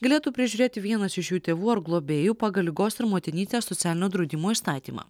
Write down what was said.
galėtų prižiūrėti vienas iš jų tėvų ar globėjų pagal ligos ir motinystės socialinio draudimo įstatymą